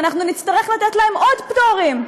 ואנחנו נצטרך לתת להם עוד פטורים.